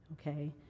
okay